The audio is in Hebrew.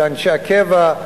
לאנשי הקבע,